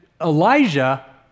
Elijah